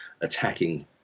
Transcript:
attacking